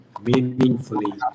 meaningfully